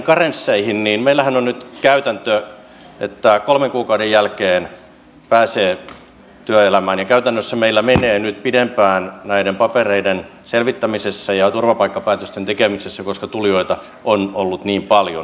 meillähän on nyt käytäntö että kolmen kuukauden jälkeen pääsee työelämään ja käytännössä meillä menee nyt pidempään näiden papereiden selvittämisessä ja turvapaikkapäätösten tekemisessä koska tulijoita on ollut niin paljon